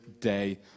day